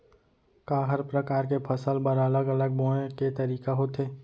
का हर प्रकार के फसल बर अलग अलग बोये के तरीका होथे?